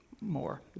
more